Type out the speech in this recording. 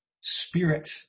spirit